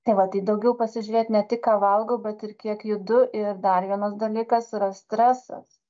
tai va tai daugiau pasižiūrėt ne tik ką valgau bet ir kiek judu ir dar vienas dalykas yra stresas